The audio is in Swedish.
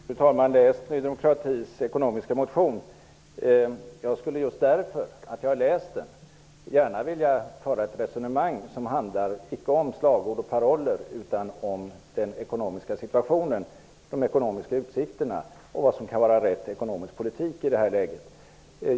Fru talman! Självfallet har jag läst Ny demokratis ekonomiska motion. Just därför skulle jag gärna vilja före ett resonemang som inte handlar om slagord och paroller utan om den ekonomiska situationen, om de ekonomiska utsikterna och om vad som kan vara rätt ekonomisk politik i detta läge.